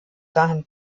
dahin